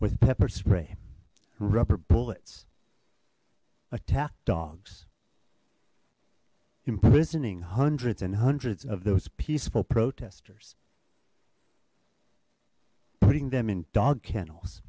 with pepper spray rubber bullets attack dogs imprisoning hundreds and hundreds of those peaceful protesters putting them in dog kennels